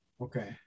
okay